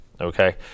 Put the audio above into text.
Okay